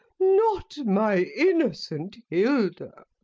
not my innocent hilda